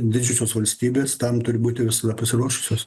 didžiosios valstybės tam turi būti visada pasiruošusios